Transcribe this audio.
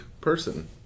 person